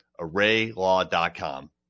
ArrayLaw.com